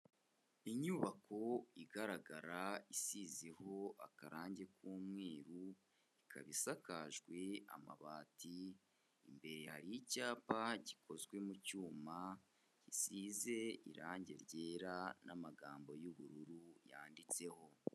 Inyubako igaragara isiziho akarange k'umweru, ikaba isakajwe amabati imbere hari icyapa gikozwe mu cyuma gisize irange ryera n'amagambo y'ubururu yanditseho.